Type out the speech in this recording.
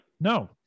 No